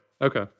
Okay